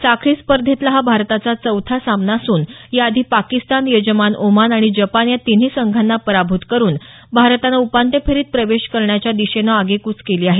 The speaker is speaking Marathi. साखळी स्पर्धेतला हा भारताचा चौथा सामना असून याआधी पाकिस्तान यजमान ओमान आणि जपान या तिन्ही संघांना पराभूत करुन भारतानं उपांत्य फेरीत प्रवेश करण्याच्या दिशेनं आगेकूच केली आहे